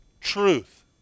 truth